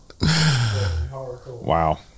Wow